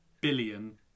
billion